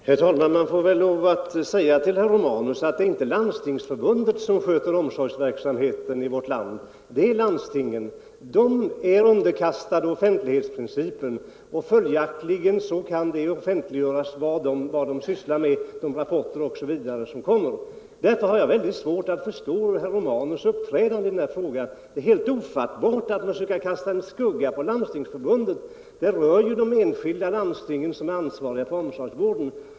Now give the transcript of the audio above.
Herr talman! Det är inte Landstingsförbundet som sköter omsorgs = psykiskt utveckverksamheten i vårt land, herr Romanus. Det är landstingen som gör = lingsstörda det. Och de är underkastade offentlighetsprincipen. Följaktligen kan de rapporter och annat som visar vad de sysslat med offentliggöras. Därför har jag mycket svårt att förstå herr Romanus” uppträdande i denna fråga. Det är helt ofattbart att han vill försöka kasta en skugga på Landstingsförbundet. Det är ju de enskilda landstingen som är ansvariga för omsorgsvården.